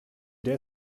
dare